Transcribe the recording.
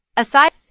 Aside